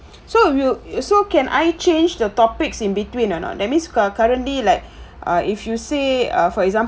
so you so can I change the topics in between or not that means cur~ currently like uh if you say ah for example